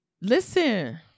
listen